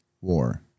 war